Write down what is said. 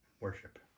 Worship